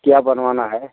क्या बनवाना है